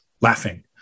laughing